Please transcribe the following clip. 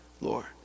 Lord